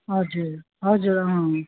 हजुर हजुर अँ